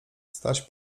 staś